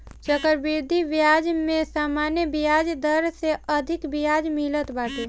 चक्रवृद्धि बियाज में सामान्य बियाज दर से अधिका बियाज मिलत बाटे